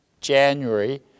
January